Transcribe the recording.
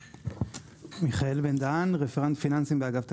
אני רפרנט פיננסים באגף תקציבים.